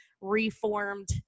reformed